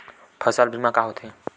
फसल बीमा का होथे?